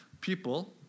people